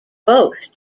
both